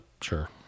sure